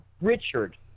Richard